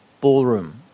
Ballroom